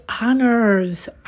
honors